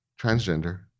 transgender